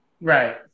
Right